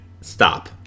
Stop